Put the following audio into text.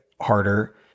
harder